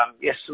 yes